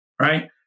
Right